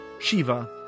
Shiva